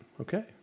okay